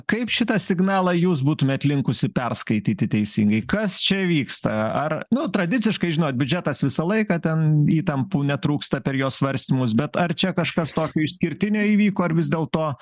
kaip šitą signalą jūs būtumėt linkusi perskaityti teisingai kas čia vyksta ar nu tradiciškai žinot biudžetas visą laiką ten įtampų netrūksta per jo svarstymus bet ar čia kažkas tokio išskirtinio įvyko ar vis dėlto